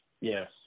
Yes